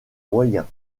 moyens